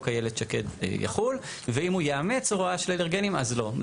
איילת שקד יחול ואם הוא יאמץ הוראה של אלרגנים אז לא.